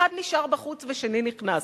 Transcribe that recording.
אחד נשאר בחוץ ושני נכנס.